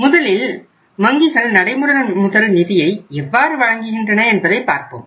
முதலில் வங்கிகள் நடைமுறை முதல் நிதியை எவ்வாறு வழங்குகின்றன என்பதை பார்ப்போம்